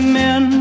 men